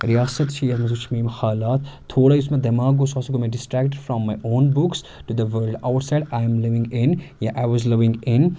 ریاست چھِ یَتھ منٛز وٕچھِ مےٚ یِم حالات تھوڑا یُس مےٚ دٮ۪ماغ گوٚو سُہ ہَسا گوٚو مےٚ district from my own books to the world outside I am living in یا آیۍ واز لِوِنٛگ اِن